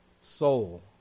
soul